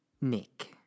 Nick